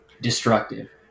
destructive